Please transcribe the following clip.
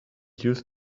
use